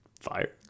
Fire